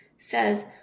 says